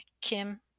Kim